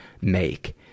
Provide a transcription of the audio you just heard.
make